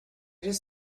just